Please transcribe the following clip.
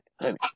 honey